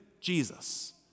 Jesus